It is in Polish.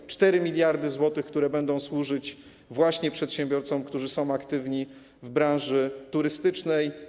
To 4 mld zł, które będą służyć właśnie przedsiębiorcom, którzy są aktywni w branży turystycznej.